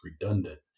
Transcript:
redundant